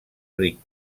ric